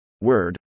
Word